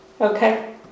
Okay